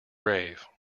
brave